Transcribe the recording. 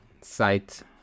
site